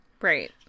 right